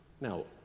Now